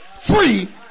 free